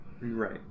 Right